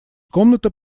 комнаты